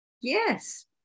Yes